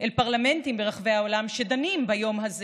אל פרלמנטים ברחבי העולם שדנים ביום הזה